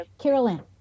Carolyn